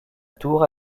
tour